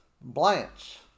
Blanche